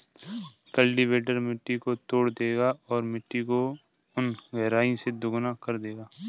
cultivator मिट्टी को तोड़ देगा और मिट्टी को उन गहराई से दोगुना कर देगा